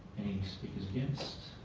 speakers against?